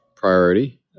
Priority